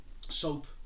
soap